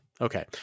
Okay